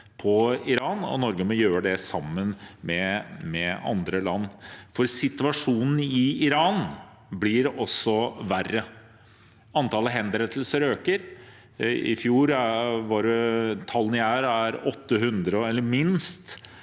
Norge må gjøre det sammen med andre land, for situasjonen i Iran blir også verre. Antallet henrettelser øker. I fjor var tallet minst